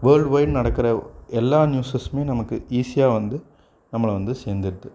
world wide நடக்கிற எல்லா நியூஸஸ்மே நமக்கு ஈஸியாக வந்து நம்மளை வந்து சேர்ந்துருது